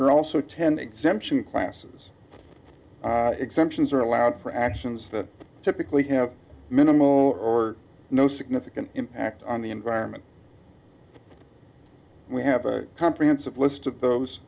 are also ten exemption classes exemptions are allowed for actions that typically have minimal or no significant impact on the environment we have a comprehensive list of those